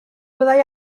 fyddai